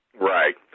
right